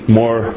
more